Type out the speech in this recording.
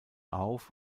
auf